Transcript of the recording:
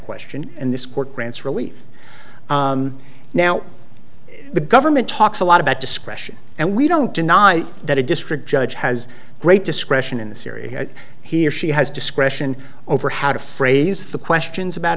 question and this court grants relief now the government talks a lot about discretion and we don't deny that a district judge has great discretion in the sciri that he or she has discretion over how to phrase the questions about